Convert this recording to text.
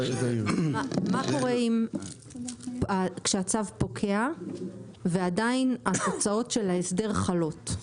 מה קורה כשהצו פוקע ועדיין התוצאות של ההסדר חלות?